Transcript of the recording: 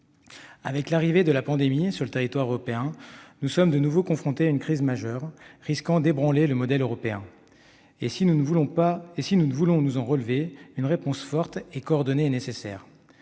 Avec l'arrivée de la pandémie sur le territoire européen, nous sommes de nouveau confrontés à une crise majeure, risquant d'ébranler le modèle européen. Et si nous voulons nous en relever, une réponse forte et coordonnée est nécessaire.